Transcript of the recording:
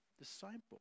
disciple